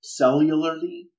cellularly